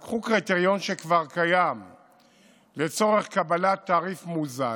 -- הם לקחו קריטריון שכבר קיים לצורך קבלת תעריף מוזל,